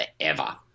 forever